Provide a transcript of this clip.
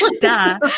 Duh